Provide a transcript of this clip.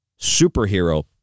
superhero